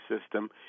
system